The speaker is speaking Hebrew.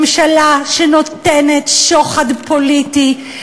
ממשלה שנותנת שוחד פוליטי,